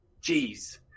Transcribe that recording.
jeez